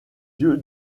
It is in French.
yeux